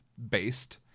based